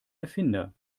erfinder